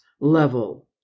level